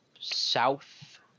south